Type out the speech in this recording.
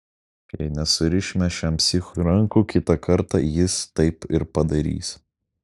jei nesurišime šiam psichui rankų kitą kartą jis taip ir padarys